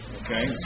okay